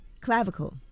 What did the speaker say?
Clavicle